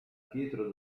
piero